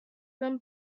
them